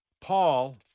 Paul